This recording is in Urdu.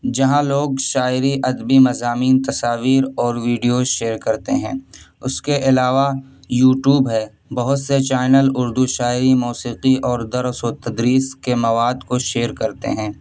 جہاں لوگ شاعری ادبی مضامین تصاویر اور ویڈیو شیئر کرتے ہیں اس کے علاوہ یو ٹیوب ہے بہت سے چینل اردو شاعری موسیقی اور درس و تدریس کے مواد کو شیئر کرتے ہیں